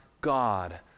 God